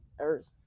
Earth